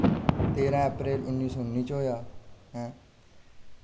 तेरह् अप्रेल उन्नी सौ उन्नी च होआ